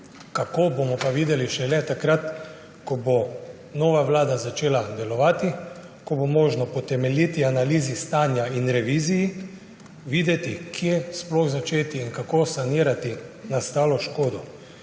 Kako bomo pa videli šele takrat, ko bo nova vlada začela delovati, ko bo možno po temeljiti analizi stanja in reviziji videti, kje sploh začeti in kako sanirati nastalo škodo.